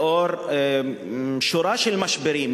לאור שורה של משברים,